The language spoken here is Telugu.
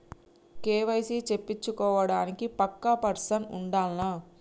కే.వై.సీ చేపిచ్చుకోవడానికి పక్కా పర్సన్ ఉండాల్నా?